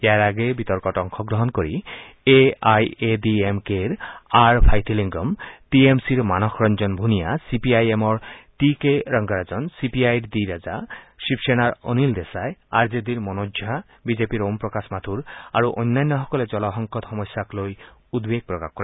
ইয়াৰ আগেয়ে বিতৰ্কত অংশগ্ৰহণ কৰি A I A D M কেৰ আৰ ভাইথিলিংগম টি এম চিৰ Manas Ranjan Bhunia C P I এমৰ T K Rangarajan C P আইৰ ডি ৰাজা শিৱসেনাৰ অনিল দেশাই আৰ জে ডিৰ মনোজ ঝা বিজেপিৰ ওম প্ৰকাশ মাথুৰ আৰু অন্যান্যসকলে জলসংকট সমস্যাক লৈ উদ্বেগ প্ৰকাশ কৰে